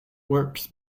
works